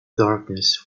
darkness